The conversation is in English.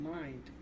mind